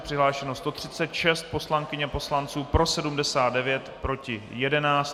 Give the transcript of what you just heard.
Přihlášeno 136 poslankyň a poslanců, pro 79, proti 11.